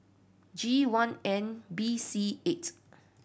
G one N B C eight